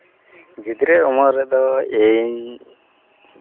ᱜᱤᱫᱽᱨᱟᱹ ᱩᱢᱟᱹᱨ ᱨᱮᱫᱚ ᱤᱧ